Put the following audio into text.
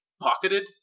pocketed